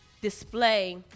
display